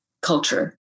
culture